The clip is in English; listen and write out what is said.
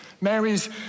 Mary's